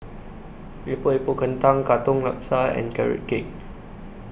Epok Epok Kentang Katong Laksa and Carrot Cake